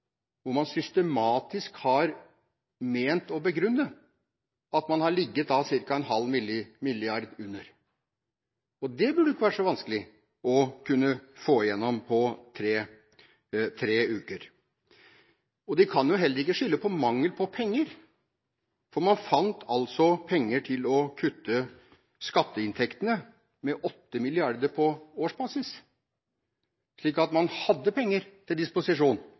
hvor man systematisk har ment å begrunne at man har ligget ca. 0,5 mrd. kr under. Det burde ikke vært så vanskelig å kunne få igjennom på tre uker. Man kan jo heller ikke skylde på mangel på penger, for man fant altså penger til å kutte skatteinntektene med 8 mrd. kr på årsbasis. Så man hadde penger til disposisjon